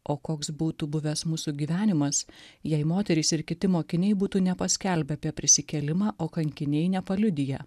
o koks būtų buvęs mūsų gyvenimas jei moterys ir kiti mokiniai būtų nepaskelbę apie prisikėlimą o kankiniai nepaliudiję